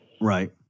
Right